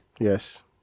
Yes